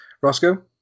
Roscoe